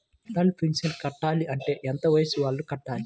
Atal pension కట్టాలి అంటే ఎంత వయసు వాళ్ళు కట్టాలి?